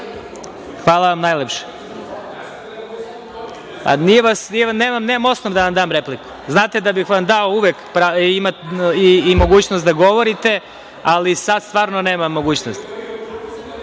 vam najlepše. Nemam osnova da vam dam repliku. Znate da bih vam dao uvek mogućnost da govorite, ali sad stvarno nemam osnove. Ja